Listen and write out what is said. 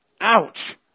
Ouch